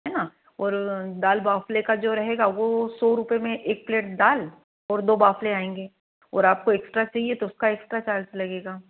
है ना और दाल बाफले का जो रहेगा वह सौ रुपये में एक प्लेट दाल और दो बाफले आएँगे और आपको एक्स्ट्रा चाहिए तो उसका एक्स्ट्रा चार्ज लगेगा